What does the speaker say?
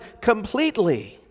completely